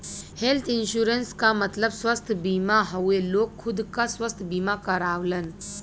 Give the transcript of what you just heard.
health insurance क मतलब स्वस्थ बीमा हउवे लोग खुद क स्वस्थ बीमा करावलन